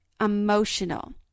emotional